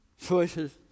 choices